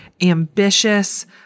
ambitious